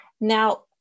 Now